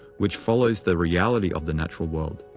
which follows the reality of the natural world.